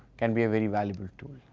can be very valuable to